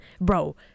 bro